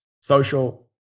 Social